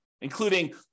including